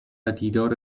دیدار